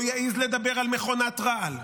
שלא יעז לדבר על מכונת רעל,